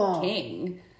king